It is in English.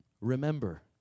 Remember